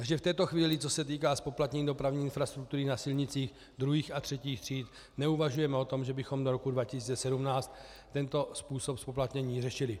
Takže v této chvíli, co se týká zpoplatnění dopravní infrastruktury na silnicích druhých a třetích tříd, neuvažujeme o tom, že bychom do roku 2017 tento způsob zpoplatnění řešili.